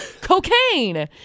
cocaine